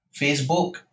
Facebook